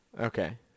Okay